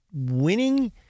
Winning